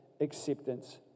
acceptance